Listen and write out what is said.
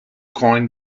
coined